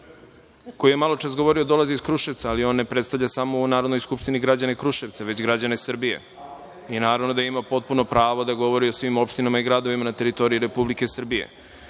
koji je maločas govorio dolazi iz Kruševca, ali on ne predstavljamo u Narodnoj skupštini samo građane Kruševca, već građane Srbije i naravno da ima potpuno pravo da govori o svim opštinama i gradovima na teritoriji Republike Srbije.